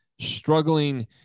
struggling